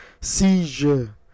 Seizure